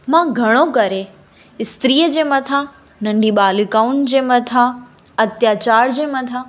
मां घणो करे स्त्रीअ जे मथां नंढी बालिकाउंनि जे मथां अत्याचार जे मथां